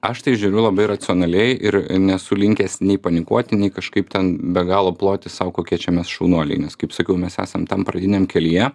aš tai žiūriu labai racionaliai ir nesu linkęs nei panikuoti nei kažkaip ten be galo ploti sau kokie čia mes šaunuoliai nes kaip sakiau mes esam tam pradiniam kelyje